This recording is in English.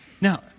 Now